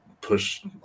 push